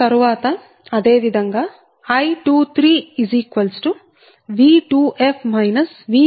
తరువాత అదే విధంగా I23V2f V3fj0